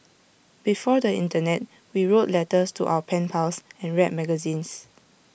before the Internet we wrote letters to our pen pals and read magazines